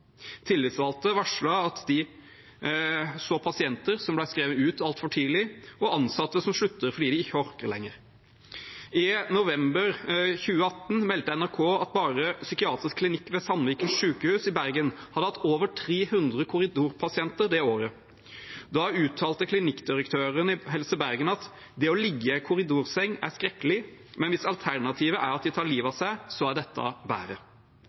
Tillitsvalgte varslet at de så pasienter som ble skrevet ut altfor tidlig og ansatte som sluttet fordi de ikke orket lenger. I november 2018 meldte NRK at psykiatrisk klinikk ved Sandviken sykehus i Bergen hadde hatt over 300 korridorpasienter det året. Da uttalte klinikkdirektøren i Helse Bergen at «det å ligge i en korridorseng er skrekkelig, men hvis alternativet er at de tar livet av seg, er dette bedre».